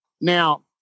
Now